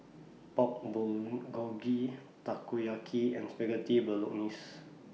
Pork Bulgogi Takoyaki and Spaghetti Bolognese